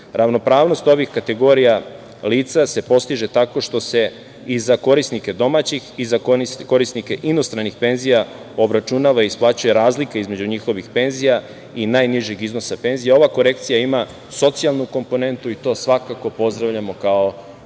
Ravnopravnost ovih kategorija lica se postiže tako što se i za korisnike domaćih i za korisnike inostranih penzija obračunava i isplaćuje razlika između njihovih penzija i najnižeg iznosa penzija. Ova korekcija ima socijalnu komponentu i to svakako pozdravljamo kao poslanička